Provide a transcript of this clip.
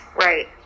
Right